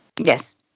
Yes